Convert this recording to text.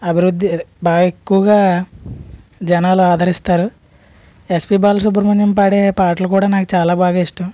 అభివృద్ధి బాగా ఎక్కువగా జనాలు ఆదరిస్తారు ఎస్పి బాలసుబ్రమణ్యం పాడే పాటలు కూడా నాకు చాలా బాగా ఇష్టం